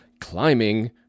climbing